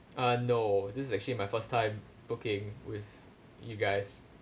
uh no this is actually my first time booking with you guys